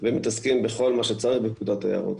והם מתעסקים בכל מה שצריך בפקודת היערות,